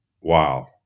wow